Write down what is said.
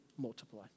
multiply